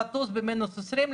לטוס במינוס 20 מעלות,